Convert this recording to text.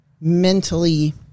mentally